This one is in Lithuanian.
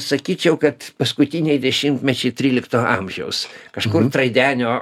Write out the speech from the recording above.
sakyčiau kad paskutiniai dešimtmečiai trylikto amžiaus kažkur traidenio